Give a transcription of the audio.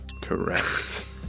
Correct